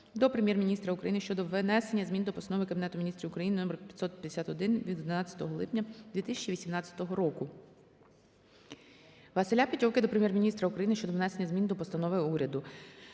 до Прем'єр-міністра України щодо внесення змін до Постанови Кабінету Міністрів України № 551 від 11 липня 2018 року. Василя Петьовки до Прем'єр-міністра України щодо внесення змін до постанови уряду.